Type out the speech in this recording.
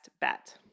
bet